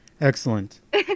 Excellent